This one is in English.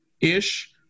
Ish